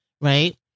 right